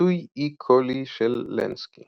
ניסוי אי-קולי של לנסקי